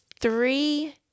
three